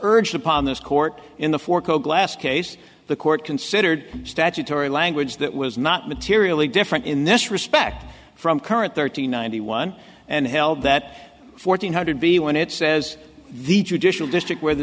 urged upon this court in the for coke glass case the court considered statutory language that was not materially different in this respect from current thirty nine he won and held that fourteen hundred b when it says the judicial district where the